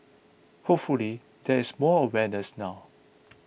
hopefully there is more awareness now